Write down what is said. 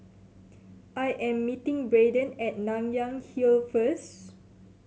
I am meeting Brayden at Nanyang Hill first